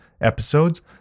episodes